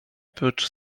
prócz